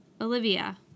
Olivia